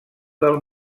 del